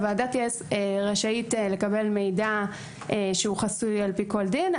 הוועדה תהיה רשאית לקבל מידע שהוא חסוי על-פי כל דין,